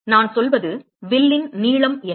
நான் சொல்வது வில்லின் நீளம் என்ன